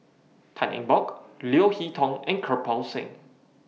Tan Eng Bock Leo Hee Tong and Kirpal Singh